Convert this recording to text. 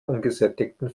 ungesättigten